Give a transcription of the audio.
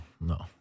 no